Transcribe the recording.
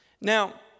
Now